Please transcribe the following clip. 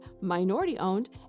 minority-owned